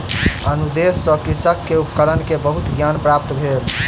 अनुदेश सॅ कृषक के उपकरण के बहुत ज्ञान प्राप्त भेल